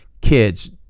kids